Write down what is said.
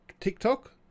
TikTok